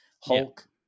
Hulk